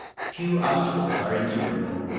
few obstacles are insuperable.